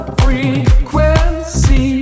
frequency